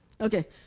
Okay